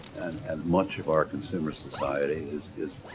and much of our consumer society is is